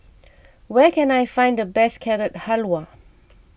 where can I find the best Carrot Halwa